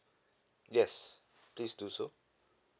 yes please do so